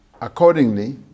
Accordingly